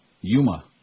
Yuma